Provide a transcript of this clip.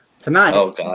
Tonight